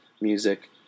Music